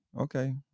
okay